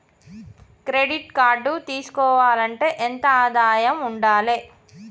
Credit card తీసుకోవాలంటే ఎంత ఆదాయం ఉండాలే?